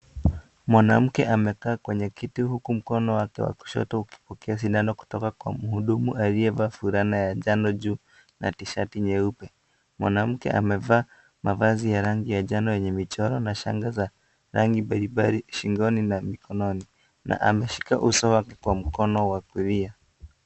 Mwanamke amekaai huku mkono wake wa kushoto ukipokea shindano kutoka kwa muudumu aliyevaa fulana wa njano juu na shati nyeupe mwanamkeamevaa mavazi wa rangi ya njano yenye michoro na shanga za rangi mbalimbali shingoni na ameshika uso wake na mkono wake wa kulia.